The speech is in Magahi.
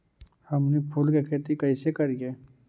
हमनी फूल के खेती काएसे करियय?